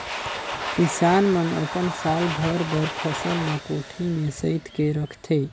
किसान मन अपन साल भर बर फसल ल कोठी में सइत के रखथे